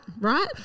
Right